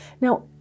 Now